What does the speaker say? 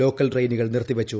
local ട്രെയിനുകൾ നിർത്തിവച്ചു